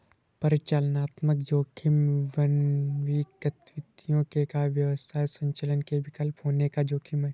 परिचालनात्मक जोखिम मानवीय गलतियों के कारण व्यवसाय संचालन के विफल होने का जोखिम है